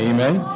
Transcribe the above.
Amen